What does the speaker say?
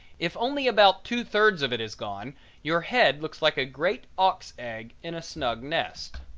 if only about two-thirds of it is gone your head looks like a great auk's egg in a snug nest